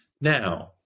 Now